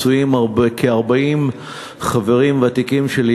מצויים כ-40 חברים ותיקים שלי,